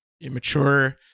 immature